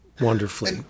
wonderfully